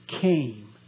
came